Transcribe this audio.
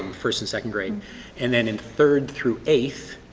first and second grade and then in third through eighth,